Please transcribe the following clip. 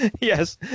Yes